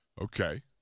Okay